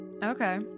Okay